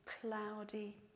cloudy